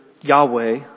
Yahweh